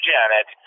Janet